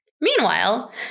meanwhile